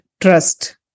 trust